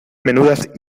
menudas